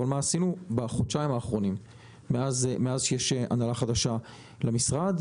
אבל מה עשינו בחודשיים האחרונים מאז שיש הנהלה חדשה למשרד.